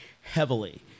heavily